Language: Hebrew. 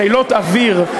חילות אוויר,